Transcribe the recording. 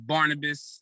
Barnabas